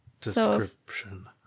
Description